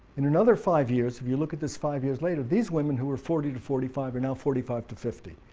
in another five years, if you look at this five years later, these women who were forty to forty five are now forty five to fifty,